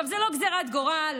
היא לא גזרת גורל.